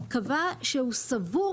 קבע שהוא סבור,